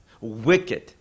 wicked